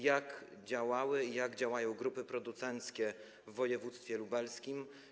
Jak działały i jak działają grupy producenckie w województwie lubelskim?